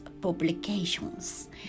Publications